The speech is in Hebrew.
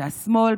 שהשמאל,